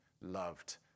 loved